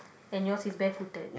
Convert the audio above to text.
and yours is barefooted